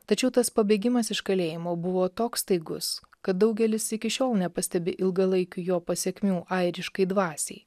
tačiau tas pabėgimas iš kalėjimo buvo toks staigus kad daugelis iki šiol nepastebi ilgalaikių jo pasekmių airiškai dvasiai